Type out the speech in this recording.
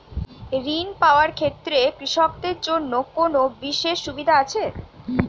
ঋণ পাওয়ার ক্ষেত্রে কৃষকদের জন্য কোনো বিশেষ সুবিধা আছে?